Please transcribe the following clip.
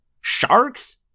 Sharks